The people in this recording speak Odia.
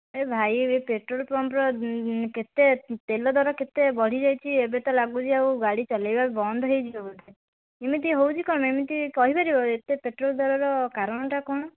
ଏ ଭାଇ ଏବେ ପେଟ୍ରୋଲ୍ ପମ୍ପ୍ର କେତେ ତେଲ ଦର କେତେ ବଢ଼ିଯାଇଛି ଏବେ ତ ଲାଗୁଛି ଆଉ ଗାଡ଼ି ଚଲେଇବା ବନ୍ଦ ହୋଇଯିବ ବୋଧେ ଏମିତି ହେଉଛି କ'ଣ ପାଇଁ ଏମିତି କହିପାରିବ ଏତେ ପେଟ୍ରୋଲ୍ ଦରର କାରଣଟା କ'ଣ